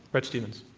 bret stephens.